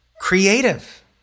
creative